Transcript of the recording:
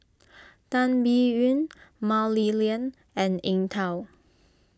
Tan Biyun Mah Li Lian and Eng Tow